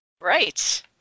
right